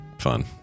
fun